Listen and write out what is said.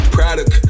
Product